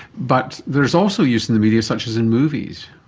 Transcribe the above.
but there is also use in the media, such as in movies.